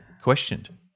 questioned